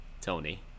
Tony